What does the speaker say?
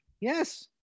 Yes